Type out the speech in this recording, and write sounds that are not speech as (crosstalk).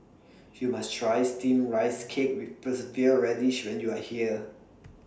YOU must Try Steamed Rice Cake with persevere Radish when YOU Are here (noise)